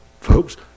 Folks